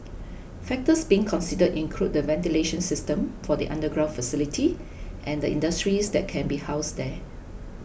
factors being considered include the ventilation system for the underground facility and the industries that can be housed there